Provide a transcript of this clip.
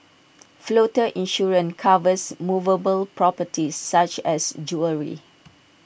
floater insurance covers movable properties such as jewellery